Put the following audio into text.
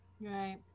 Right